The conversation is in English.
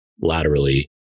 laterally